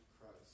Christ